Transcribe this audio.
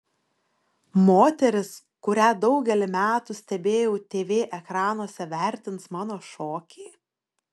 moteris kurią daugelį metų stebėjau tv ekranuose vertins mano šokį